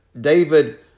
David